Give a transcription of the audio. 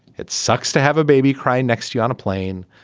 it sucks to have a baby cry next to you on a plane.